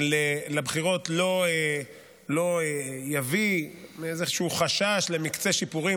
לבחירות לא יביא איזשהו חשש למקצה שיפורים,